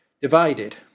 divided